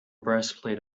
breastplate